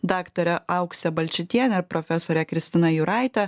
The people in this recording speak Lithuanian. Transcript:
daktare aukse balčytiene ir profesore kristina juraite